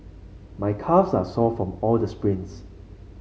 my calves are sore from all the sprints